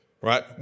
right